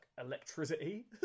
electricity